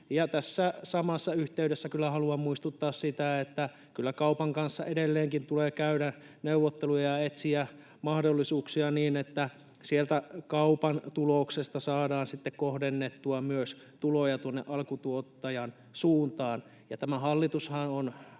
tässä samassa yhteydessä kyllä haluan muistuttaa siitä, että kyllä kaupan kanssa edelleenkin tulee käydä neuvotteluja ja etsiä mahdollisuuksia niin, että sieltä kaupan tuloksesta saadaan sitten kohdennettua myös tuloja tuonne alkutuottajan suuntaan. Ja tämä hallitushan on